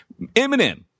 Eminem